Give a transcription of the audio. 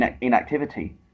inactivity